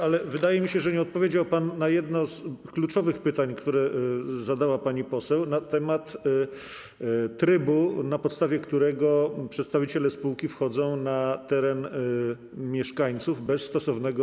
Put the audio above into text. Ale wydaje mi się, że nie odpowiedział pan na jedno z kluczowych pytań, które zadała pani poseł, na temat trybu, na podstawie którego przedstawiciele spółki wchodzą na teren mieszkańców bez stosownego rozporządzenia.